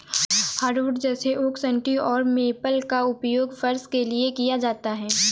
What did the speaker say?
hardwood जैसे oak सन्टी और मेपल का उपयोग फर्श के लिए किया जाता है